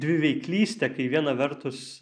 dviveidystę kai viena vertus